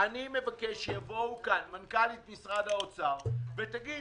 אני מבקש שיבואו לכאן מנכ"לית משרד האוצר ותגיד,